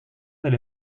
del